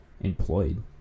Employed